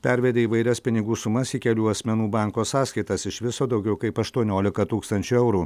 pervedė įvairias pinigų sumas į kelių asmenų banko sąskaitas iš viso daugiau kaip aštuoniolika tūkstančių eurų